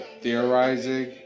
theorizing